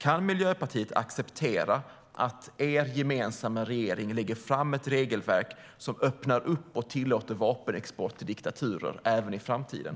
Kan Miljöpartiet acceptera att er gemensamma regering lägger fram ett regelverk som öppnar upp och tillåter vapenexport till diktaturer även i framtiden?